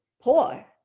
poor